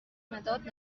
مداد